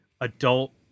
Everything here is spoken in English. adult